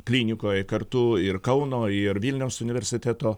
klinikoj kartu ir kauno ir vilniaus universiteto